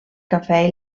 cafè